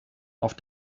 auf